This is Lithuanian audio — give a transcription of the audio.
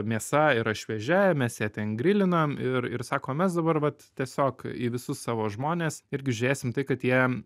mėsa yra šviežia mes ją ten grilinam ir ir sako mes dabar vat tiesiog į visus savo žmones irgi žiūrėsim tai kad jie